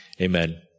Amen